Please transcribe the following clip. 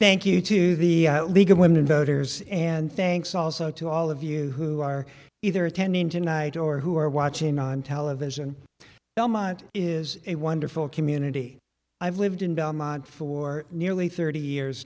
thank you to the league of women voters and thanks also to all of you who are either attending tonight or who are watching on television belmont is a wonderful community i've lived in belmont for nearly thirty years